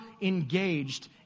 engaged